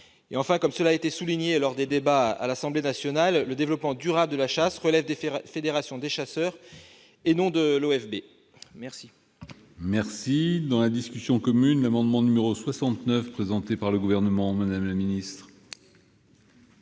Enfin, comme cela a été souligné lors des débats à l'Assemblée nationale, le développement durable de la chasse relève des fédérations des chasseurs, et non de l'OFB. Les